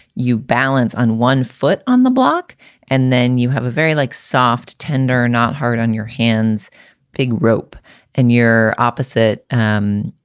you balance on one foot on the block and then you have a very like soft tender, not hard on your hands big rope and your opposite. um